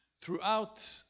throughout